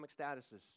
statuses